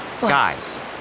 Guys